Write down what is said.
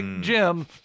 Jim